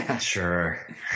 Sure